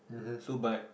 so but